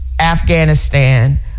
Afghanistan